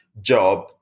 job